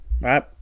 right